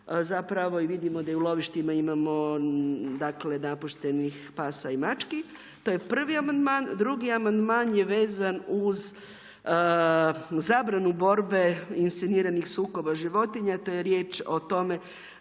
zapravo i vidimo da u lovištima imamo napuštenih pasa i mačka. To je prvi amandman. Drugi amandman je vezan uz zabranu borbe insceniranih sukoba životinja, te je riječ o tome